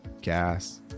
gas